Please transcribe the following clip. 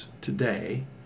today